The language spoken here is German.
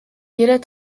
jeder